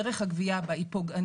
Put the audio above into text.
דרך הגבייה בה היא פוגענית.